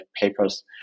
papers